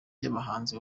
y’abahanzi